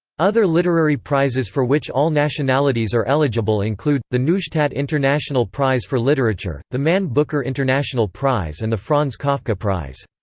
other literary prizes for which all nationalities are eligible include the neustadt international prize for literature, the man booker international prize and the franz kafka prize.